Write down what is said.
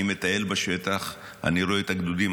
אני מטייל בשטח, אני רואה את הגדודים.